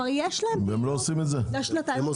אם הם עושים את זה,